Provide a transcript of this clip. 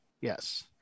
Yes